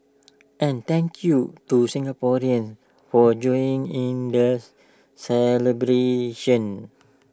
and thank you to Singaporeans for joining in the celebrations